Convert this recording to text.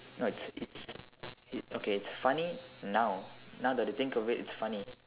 you know it's it's it's okay funny now now that you think of it it's funny